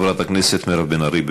חברת הכנסת מירב בן ארי.